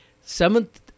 Seventh